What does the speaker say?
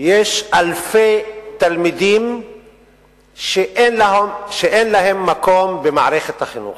יש אלפי תלמידים שאין להם מקום במערכת החינוך.